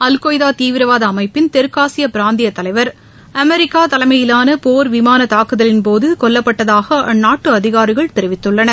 al Qaeda தீவிரவாத அமைப்பின் தெற்கு ஆசிய பிராந்திய தலைவர் அமெரிக்கா தலைமையிலாள போர் விமான தாக்குதலின்போது கொல்லப்பட்டதாக அந்நாட்டு அதிகாரிகள் தெரிவித்துள்ளனர்